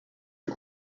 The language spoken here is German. und